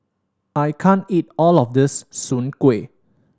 I can't eat all of this Soon Kueh